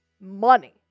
money